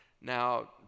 Now